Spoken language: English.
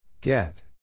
get